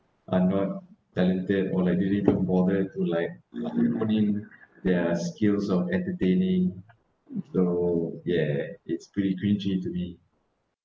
are not talented or like really don't bother to like put in their skills of entertaining so ya it's pretty cringey to me